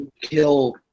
kill